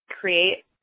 create